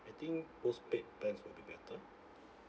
I think postpaid plans will be better